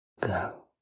go